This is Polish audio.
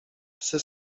psy